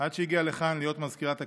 עד שהגיעה לכאן, להיות מזכירת הכנסת,